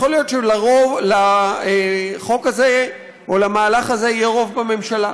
יכול להיות שלחוק הזה או למהלך הזה יהיה רוב בממשלה,